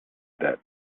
that